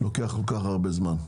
לוקח כל כך הרבה זמן,